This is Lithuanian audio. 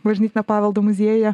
bažnytinio paveldo muziejuje